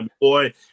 Boy